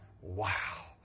wow